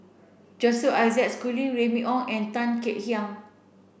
Joseph Isaac Schooling Remy Ong and Tan Kek Hiang